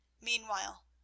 Meanwhile